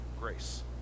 grace